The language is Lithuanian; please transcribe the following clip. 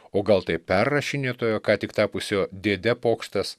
o gal tai perrašinėtojo ką tik tapusio dėde pokštas